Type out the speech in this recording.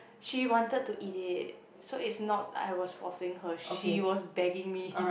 she wanted to eat it so is not like I was forcing her she was begging me